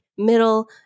middle